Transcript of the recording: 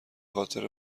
خاطر